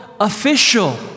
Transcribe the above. official